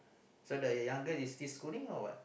so the youngest is still schooling or what